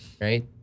right